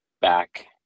back